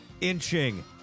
inching